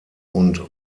und